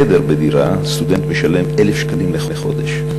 חדר בדירה, סטודנט משלם 1,000 שקלים לחודש.